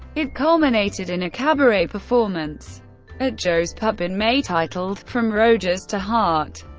it culminated in a cabaret performance at joe's pub in may titled from rodgers to heart.